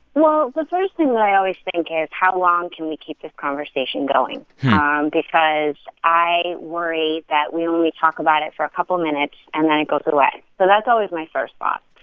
well, the first thing that i always think is, how long can we keep this conversation going? um because i worry that we'll only talk about it for a couple minutes, and then it goes away. so that's always my first thought.